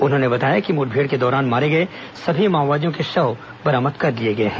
उन्होंने बताया कि मुठभेड़ के दौरान मारे गए सभी माओवादियों के शव बरामद कर लिए गए हैं